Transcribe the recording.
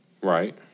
Right